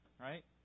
right